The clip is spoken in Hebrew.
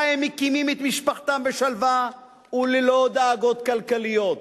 הם מקימים את משפחתם בשלווה וללא דאגות כלכליות.